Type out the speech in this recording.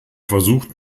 versucht